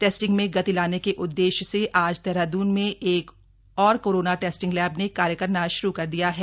testing में गति लाने के उद्देश्य से आज देहराद्रन में एक और कोरोना टेस्टिंग लैब ने कार्य करना श्रु कर दिया है